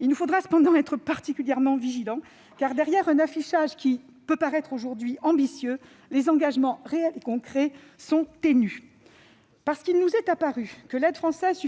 Il nous faudra cependant être particulièrement vigilants, car derrière un affichage qui peut paraître ambitieux aujourd'hui les engagements réels et concrets sont ténus. Parce qu'il nous est apparu que l'aide française